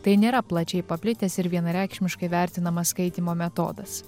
tai nėra plačiai paplitęs ir vienareikšmiškai vertinamas skaitymo metodas